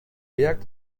werk